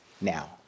now